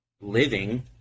living